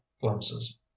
glimpses